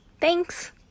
Thanks